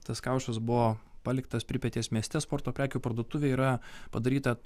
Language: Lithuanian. tas kaušas buvo paliktas pripetės mieste sporto prekių parduotuvėj yra padaryta